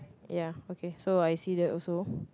ya okay so I see that also